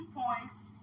points